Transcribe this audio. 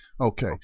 Okay